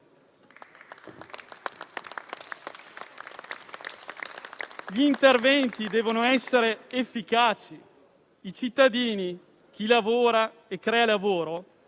Gli interventi devono essere efficaci. I cittadini, coloro che lavorano e creano lavoro,